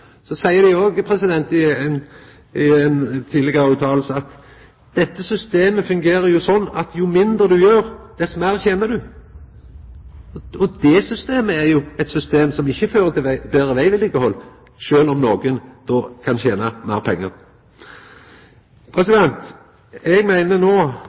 Så seier dei òg i ei tidlegare utsegn at dette systemet fungerer slik at jo mindre du gjer, dess meir tener du. Det systemet er eit system som ikkje fører til eit betre vegvedlikehald, sjølv om nokon kan tena meir pengar. Eg meiner